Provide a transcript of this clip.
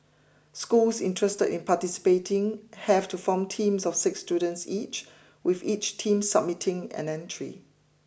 schools interested in participating have to form teams of six students each with each team submitting an entry